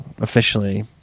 officially